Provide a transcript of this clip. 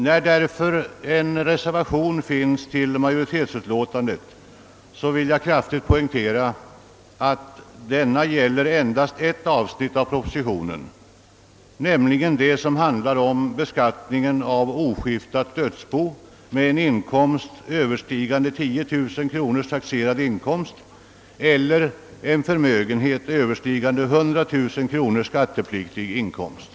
Jag vill alltså kraftigt un derstryka att reservationen endast gäller ett avsnitt av propositionen, nämligen det som behandlar beskattningen av oskiftat dödsbo med en inkomst överstigande 10 000 kronor taxerad inkomst eller en förmögenhet överstigande 100 000 kronor skattepliktig förmögenhet.